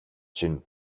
чинь